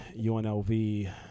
UNLV